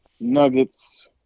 Nuggets